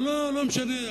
לא, לא, לא משנה.